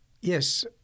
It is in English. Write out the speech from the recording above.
Yes